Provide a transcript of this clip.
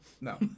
No